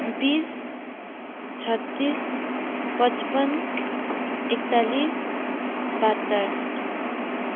बिस छत्तिस पचपन्न एकचालिस बहत्तर